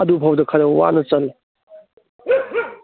ꯑꯗꯨ ꯐꯥꯎꯗ ꯈꯔ ꯋꯥꯅ ꯆꯜꯂꯦ